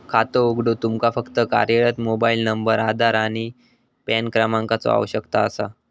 खातो उघडूक तुमका फक्त कार्यरत मोबाइल नंबर, आधार आणि पॅन क्रमांकाचो आवश्यकता असा